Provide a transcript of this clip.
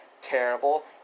terrible